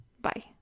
Bye